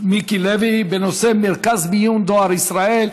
מיקי לוי בנושא מרכז מיון דואר ישראל,